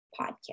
podcast